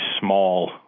small